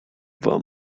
wam